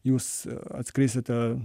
jūs atskrisite